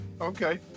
okay